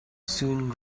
soon